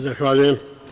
Zahvaljujem.